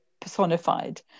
personified